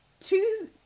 Two